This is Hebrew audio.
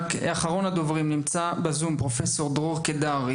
אחרון הדוברים פרופ' דרור דיקר,